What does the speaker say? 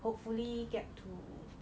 hopefully get to